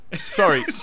sorry